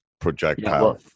projectile